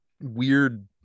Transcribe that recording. weird